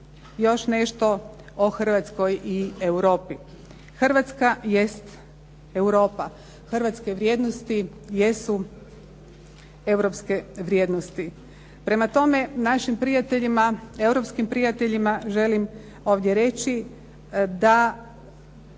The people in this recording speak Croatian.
još nešto o Hrvatskoj i Europi. Hrvatska jest Europa, hrvatske vrijednosti jesu europske vrijednosti. Prema tome, našim prijateljima, europskim prijateljima želim ovdje reći da